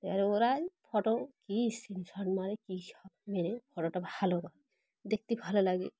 এবার ওরায় ফটো কী স্ক্রিনশট মারে কী সব মেরে ফটোটা ভালো করে দেখতে ভালো লাগে